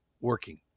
working